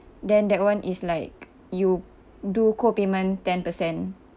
then that one is like you do co-payment ten percent